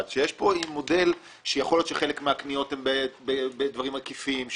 שיש כאן מודל שיכול להיות שחלק מהקניות הן בדברים עקיפים.